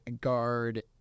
guard